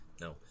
no